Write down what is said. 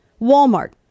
Walmart